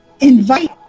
Invite